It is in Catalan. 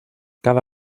cada